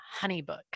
HoneyBook